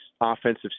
offensive